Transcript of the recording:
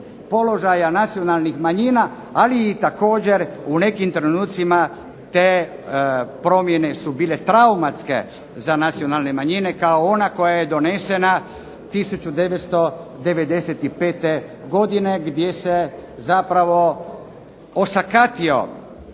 položaja nacionalnih manjina ali i također u nekim trenucima te promjene su bile traumatske za nacionalne manjine kao ona koja je donesena 1995. godine gdje se zapravo osakatio